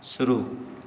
शुरू